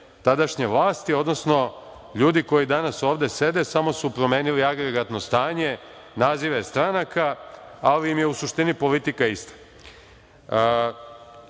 tadašnje vlasti, odnosno ljudi koji danas ovde sede, samo su promenili agregatno stanje, nazive stranaka, ali im je u suštini politika ista.U